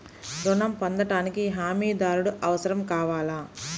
ఋణం పొందటానికి హమీదారుడు అవసరం కావాలా?